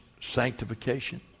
sanctification